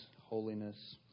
holiness